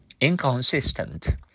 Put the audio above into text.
inconsistent